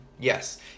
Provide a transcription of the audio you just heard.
Yes